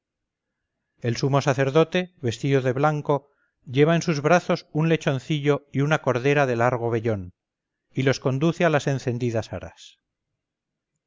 el sumo sacerdote vestido de blanco lleva en sus brazos un lechoncillo y una cordera de largo vellón y los conduce a las encendidas aras